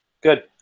Good